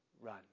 run